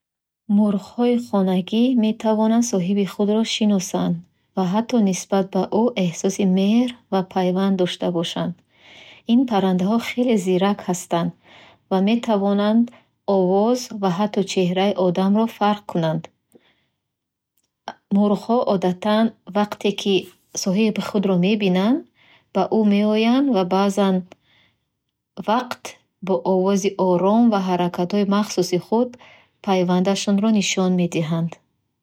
Мурғхои хонагӣ метавонанд соҳиби худро шиносанд ва ҳатто нисбат ба ӯ эҳсоси меҳр ва пайванд дошта бошанд. Ин паррандаҳо хеле зирак ҳастанд ва метавонанд овоз ва ҳатто чеҳраи одамро фарқ кунанд. Мурғхо одатан вақте, ки соҳиби худро мебинанд, ба ӯ меоянд ва баъзан вақт бо овози ором ва ҳаракатҳои махсуси худ пайвандашонро нишон медиҳанд.